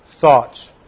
thoughts